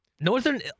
Northern